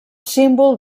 símbol